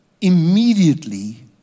immediately